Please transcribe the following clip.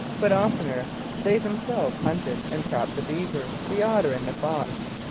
but oftener they themselves hunted and trapped the beaver, the otter, and the fox.